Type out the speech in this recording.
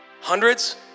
hundreds